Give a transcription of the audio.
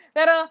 Pero